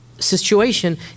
situation